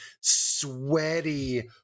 sweaty